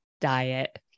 diet